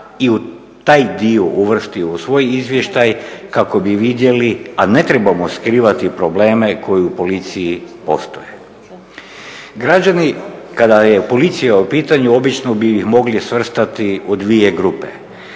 i taj dio uvrsti u svoj izvještaj kako bi vidjeli, a ne trebamo skrivati probleme koji u policiji postoje. Građani kada je policija u pitanju obično bi ih mogli svrstati u 2 grupe.